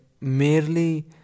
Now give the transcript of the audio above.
merely